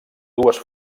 dues